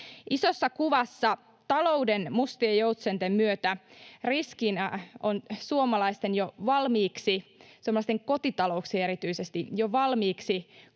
Isossa kuvassa talouden mustien joutsenten myötä riskinä on suomalaisten — erityisesti suomalaisten